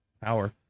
power